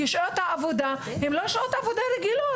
שעות העבודה הן לא שעות עבודה רגילות.